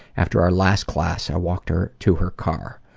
after our last class i walked her to her car.